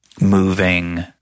moving